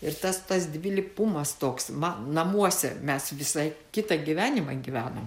ir tas tas dvilypumas toks man namuose mes visai kitą gyvenimą gyvenom